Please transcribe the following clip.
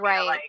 Right